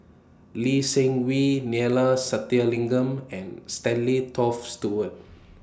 Lee Seng Wee Neila Sathyalingam and Stanley Toft Stewart